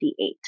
1958